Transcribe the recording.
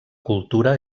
cultura